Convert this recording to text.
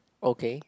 okay